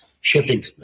shipping